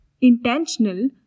intentional